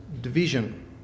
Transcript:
division